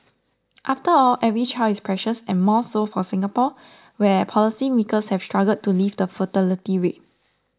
after all every child is precious and more so for Singapore where policymakers have struggled to lift the fertility rate